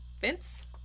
Vince